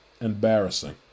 Embarrassing